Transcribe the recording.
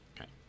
Okay